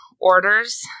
orders